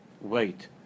wait